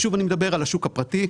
שוב אני מדבר על השוק הפרטי,